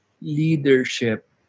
leadership